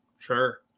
Sure